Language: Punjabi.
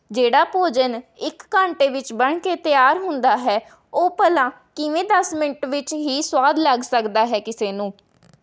ਜਿਹੜਾ ਭੋਜਨ ਇੱਕ ਘੰਟੇ ਵਿੱਚ ਬਣ ਕੇ ਤਿਆਰ ਹੁੰਦਾ ਹੈ ਉਹ ਭਲਾ ਕਿਵੇਂ ਦਸ ਮਿੰਟ ਵਿੱਚ ਹੀ ਸਵਾਦ ਲੱਗ ਸਕਦਾ ਹੈ ਕਿਸੇ ਨੂੰ